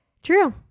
True